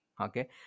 okay